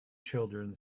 children